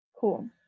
cool